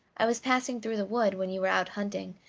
i was passing through the wood when you were out hunting,